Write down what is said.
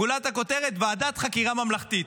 גולת הכותרת: ועדת חקירה ממלכתית.